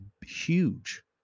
huge